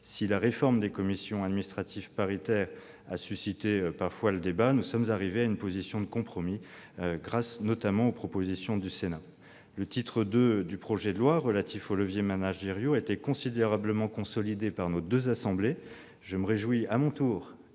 Si la réforme des commissions administratives paritaires a parfois suscité le débat, nous sommes arrivés à une position de compromis, grâce notamment aux propositions du Sénat. Le titre II qui porte sur les leviers managériaux a été considérablement consolidé par nos deux assemblées. Je me réjouis à mon tour